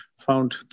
found